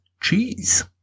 cheese